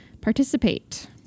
participate